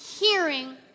hearing